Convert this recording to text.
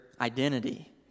identity